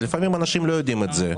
לפעמים אנשים לא יודעים את זה.